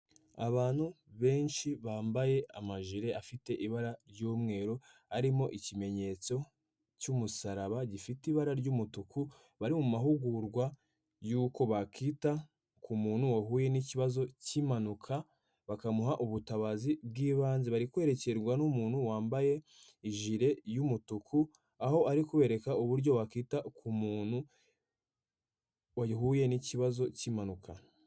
Abantu benshi bambaye amajire afite ibara ry'umweru arimo ikimenyetso cy'umusaraba gifite ibara ry'umutuku, bari mu mahugurwa yuko bakita ku muntu wahuye n'ikibazo cy'impanuka bakamuha ubutabazi bw'ibanze, bari kwerekerwa n'umuntu wambaye ijire y'umutuku aho ari kubereka uburyo wakita ku muntu wahuye n'ikibazo cy'impanuka.